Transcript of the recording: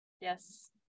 Yes